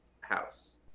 house